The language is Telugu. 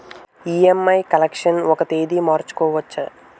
ఇ.ఎం.ఐ కలెక్షన్ ఒక తేదీ మార్చుకోవచ్చా?